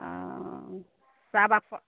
हँ सब आप